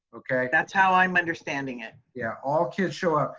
okay? that's how i'm understanding it. yeah, all kids show up.